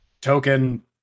token